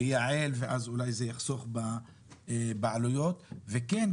לייעל ואז אולי זה יחסוך בעלויות וכן,